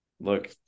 Look